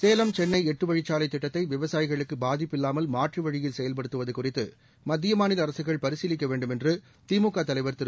சேலம் சென்னை எட்டு வழிச்சாலை திட்டத்தை விவசாயிகளுக்கு பாதிப்பு இல்லாமல் மாற்று வழியில் செயல்படுத்துவது குறித்து மத்திய மாநில அரசுகள் பரிசீலிக்க வேண்டும் என்று திமுக தலைவர் திரு